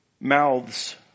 mouths